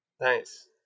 Nice